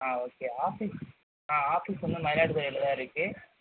okay office office வந்து மயிலாடுதுறையில் தான் இருக்குது